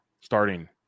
starting